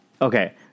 Okay